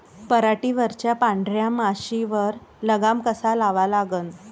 पराटीवरच्या पांढऱ्या माशीवर लगाम कसा लावा लागन?